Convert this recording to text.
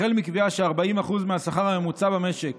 החל בקביעה ש-40% מהשכר הממוצע במשק